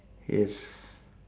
yes